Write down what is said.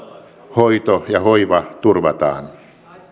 hoito ja hoiva turvataan